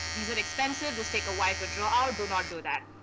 these and expensive, just take a while to draw out. do not do that.